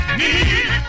need